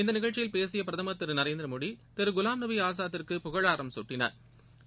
இந்தநிகழ்ச்சியில் பேசியபிரதமா் திருநரேந்திரமோடி திருகுலாம்நபிஆஸாத்துக்கு புகழாரம் சூட்டினாா்